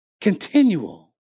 Continual